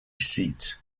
seat